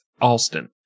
Alston